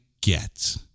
get